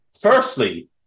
Firstly